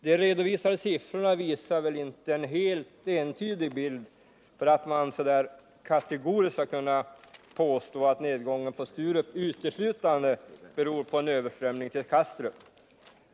De redovisade siffrorna visar inte en helt entydig bild för att man kategoriskt skall kunna påstå att nedgången på Sturup uteslutande beror på en överströmning till Kastrup.